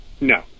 no